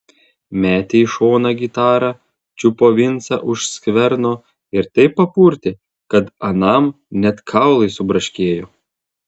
metė į šoną gitarą čiupo vincą už skverno ir taip papurtė kad anam net kaulai subraškėjo